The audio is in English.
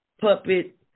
puppet